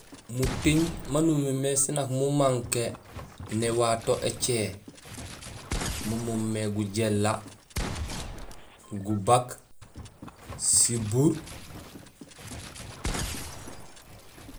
Muting maan umiir mé sén nak mumanké néwato écé mo moomé gujéhéla, gubaak, sibuur.